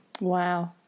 Wow